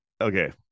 okay